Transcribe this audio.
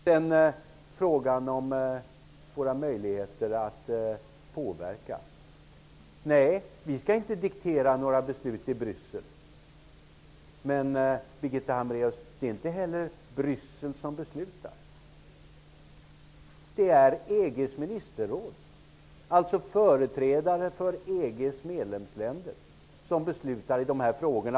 När det gäller våra möjligheter att påverka, skall vi inte diktera några beslut i Bryssel. Men, Birgitta Hambraeus, det är inte heller Bryssel som beslutar. Det är EG:s ministerråd -- alltså företrädare för EG:s medlemsländer -- som beslutar i dessa frågor.